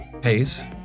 pace